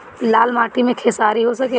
लाल माटी मे खेसारी हो सकेला?